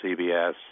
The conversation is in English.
CBS